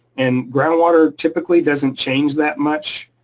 and groundwater typically doesn't change that much.